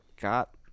Got